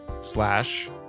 slash